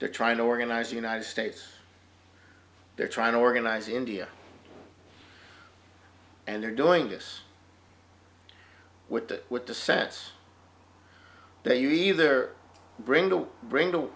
they're trying to organize united states they're trying to organize india and they're doing this with the with the sense that you either bring